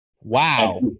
wow